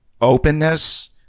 openness